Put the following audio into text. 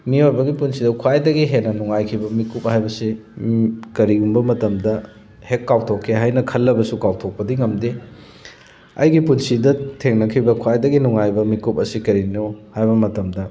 ꯃꯤꯑꯣꯏꯕꯒꯤ ꯄꯨꯟꯁꯤꯗ ꯈ꯭ꯋꯥꯏꯗꯒꯤ ꯍꯦꯟꯅ ꯅꯨꯡꯉꯥꯏꯈꯤꯕ ꯃꯤꯀꯨꯞ ꯍꯥꯏꯕꯁꯤ ꯀꯔꯤꯒꯨꯝꯕ ꯃꯇꯝꯗ ꯍꯦꯛ ꯀꯥꯎꯊꯣꯛꯀꯦ ꯍꯥꯏꯅ ꯈꯜꯂꯕꯁꯨ ꯀꯥꯎꯊꯣꯛꯄꯗꯤ ꯉꯝꯗꯦ ꯑꯩꯒꯤ ꯄꯨꯟꯁꯤꯗ ꯊꯦꯡꯅꯈꯤꯕ ꯈ꯭ꯋꯥꯏꯗꯒꯤ ꯅꯨꯡꯉꯥꯏꯕ ꯃꯤꯀꯨꯞ ꯑꯁꯤ ꯀꯔꯤꯅꯣ ꯍꯥꯏꯕ ꯃꯇꯝꯗ